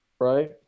Right